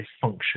function